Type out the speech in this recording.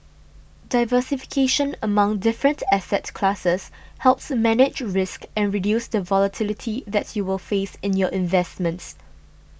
diversification among different asset classes helps manage risk and reduce the volatility that you will face in your investments